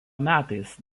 metais